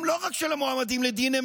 הם לא רק שלא מועמדים לדין,